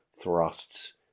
thrusts